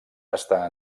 està